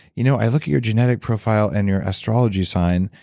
you know, i looked at your genetic profile, and your astrology sign,